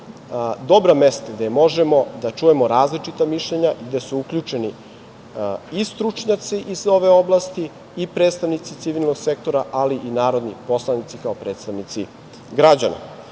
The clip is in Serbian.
dobra mesta gde možemo da čujemo različita mišljenja, gde su uključeni i stručnjaci iz ove oblasti i predstavnici civilnog sektora, ali i narodni poslanici, kao predstavnici građana. Na